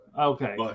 okay